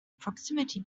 proximity